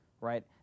right